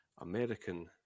american